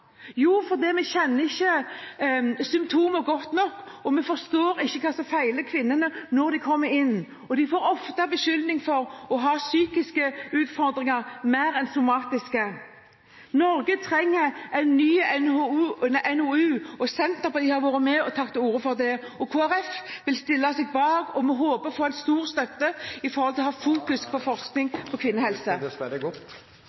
Jo, fordi vi ikke kjenner symptomer godt nok. Vi forstår ikke hva som feiler kvinnene når de kommer inn, og de blir ofte beskyldt for å ha psykiske utfordringer mer enn somatiske. Norge trenger en ny NOU. Senterpartiet har vært med og tatt til orde for det. Kristelig Folkeparti vil stille seg bak, og vi håper å få stor støtte for å fokusere på forskning og kvinnehelse. Det blir replikkordskifte. Hver dag leveres det i